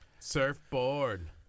surfboard